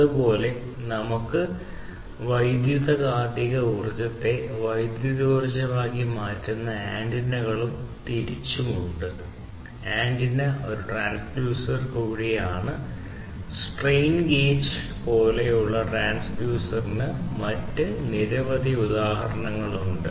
അതുപോലെ നമുക്ക് വൈദ്യുതകാന്തിക ഊർജ്ജത്തെ വൈദ്യുതോർജ്ജമാക്കി മാറ്റുന്ന ആന്റിനകളും പോലെ ട്രാൻസ്ഡ്യൂസറിന് മറ്റ് നിരവധി ഉദാഹരണങ്ങളുണ്ട്